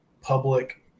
public